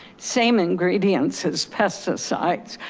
same ingredients as pesticides.